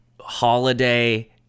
Holiday